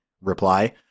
reply